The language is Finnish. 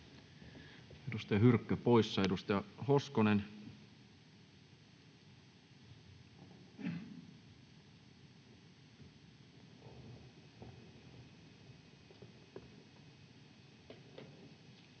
edustaja Hyrkkö poissa. Edustaja Hoskonen.